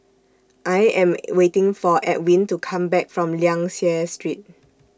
I Am waiting For Edwin to Come Back from Liang Seah Street